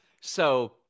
So-